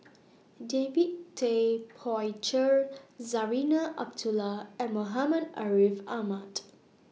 David Tay Poey Cher Zarinah Abdullah and Muhammad Ariff Ahmad